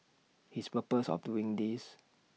his purpose of doing this